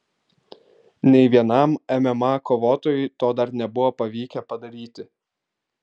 nei vienam mma kovotojui to dar nebuvo pavykę padaryti